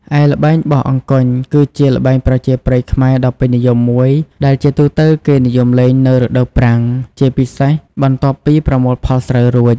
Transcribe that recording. ឯល្បែងបោះអង្គញ់គឺជាល្បែងប្រជាប្រិយខ្មែរដ៏ពេញនិយមមួយ ដែលជាទូទៅគេនិយមលេងនៅរដូវប្រាំង ជាពិសេសបន្ទាប់ពីប្រមូលផលស្រូវរួច ។